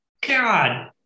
god